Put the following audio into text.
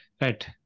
Right